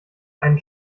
einen